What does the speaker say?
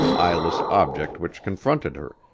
eyeless object which confronted her,